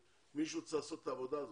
מישהו צריך לעשות את העבודה הזאת.